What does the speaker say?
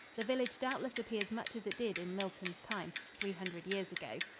the village doubtless appears much as it did in milton's time, three hundred years ago,